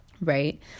right